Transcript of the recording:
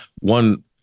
one